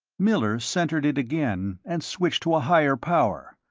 miller centered it again, and switched to a higher power.